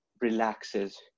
relaxes